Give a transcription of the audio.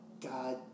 God